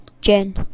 Jen